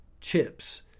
chips